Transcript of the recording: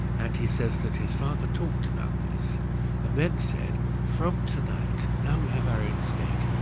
and he says that his father talked about this, and then said from tonight, now we have our own state,